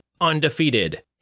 undefeated